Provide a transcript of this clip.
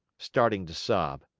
starting to sob.